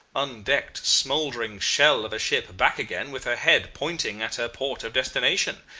undecked, smouldering shell of a ship back again with her head pointing at her port of destination.